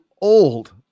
old